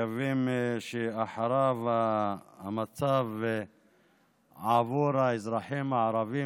ומקווים שאחריו המצב עבור האזרחים הערבים